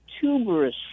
tuberous